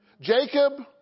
Jacob